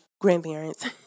grandparents